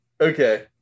okay